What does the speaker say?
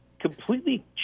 completely